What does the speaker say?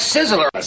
Sizzler